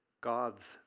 God's